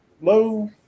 low